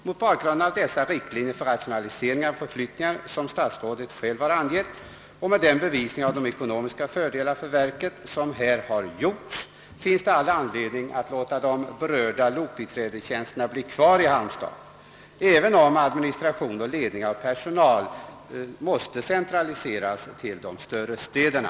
Mot bakgrund av dessa riktlinjer för rationalisering och förflyttning av personal som statsrådet angav och med hänsyn till den bevisning av de ekonomiska fördelarna för verket som kan företes i detta aktuella fall finns det all anledning att låta de berörda lokbiträdestjänsterna bli kvar i Halmstad, även om administration och ledning av perso nalen skulle behöva centraliseras till de större städerna.